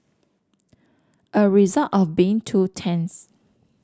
a result of being two tents